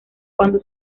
cuando